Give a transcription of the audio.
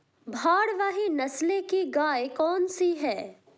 भारवाही नस्ल की गायें कौन सी हैं?